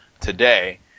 today